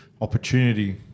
opportunity